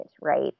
right